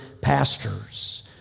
pastors